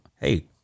Hey